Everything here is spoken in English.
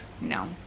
No